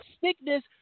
sickness